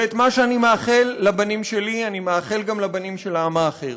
ואת מה שאני מאחל לבנים שלי אני מאחל גם לבנים של העם האחר,